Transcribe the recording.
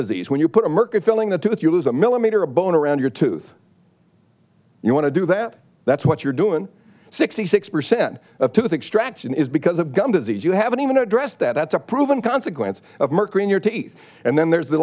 disease when you put a merkin filling the two that you lose a millimeter a bone around your tooth you want to do that that's what you're doing sixty six percent of took the extraction is because of gum disease you haven't even addressed that that's a proven consequence of mercury in your teeth and then there's the